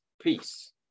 peace